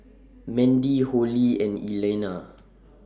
Mandie Hollie and Elena